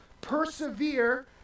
persevere